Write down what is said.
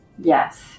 Yes